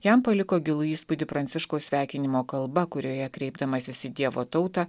jam paliko gilų įspūdį pranciškaus sveikinimo kalba kurioje kreipdamasis į dievo tautą